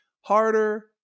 harder